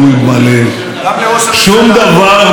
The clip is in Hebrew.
שום דבר לא יקרה לכם,